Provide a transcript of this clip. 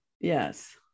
Yes